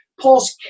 Paul's